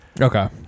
Okay